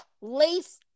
lace